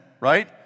right